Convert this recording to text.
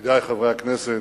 ידידי חברי הכנסת,